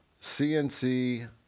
CNC